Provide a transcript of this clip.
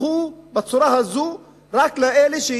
הפכו בצורה הזאת רק לאלה,